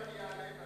איפה אתם?